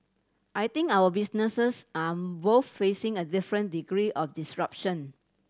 I think our businesses are both facing a different degree of disruption